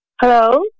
Hello